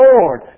Lord